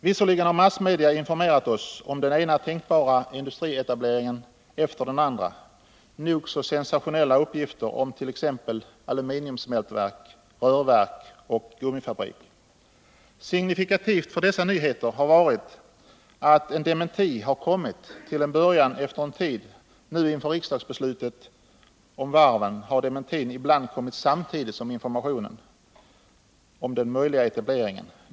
Visserligen har massmedia informerat oss om den ena tänkbara industrietableringen efter den andra. Det har förekommit nog så sensationella uppgifter om t.ex. aluminiumsmältverk, rörverk och gummifabrik. Signifikativt för dessa nyheter har varit att en dementi har kommit efter en tid. Nu inför riksdagsbeslutet om varven har dementin ibland kommit samtidigt med informationen om den möjliga etableringen.